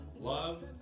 Love